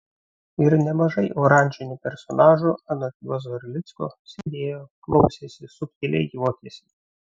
ir nemažai oranžinių personažų anot juozo erlicko sėdėjo klausėsi subtiliai juokėsi